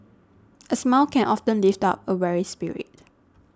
a smile can often lift up a weary spirit